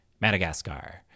Madagascar